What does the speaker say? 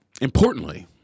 Importantly